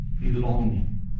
belonging